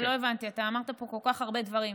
לא הבנתי, אמרת פה כל כך הרבה דברים.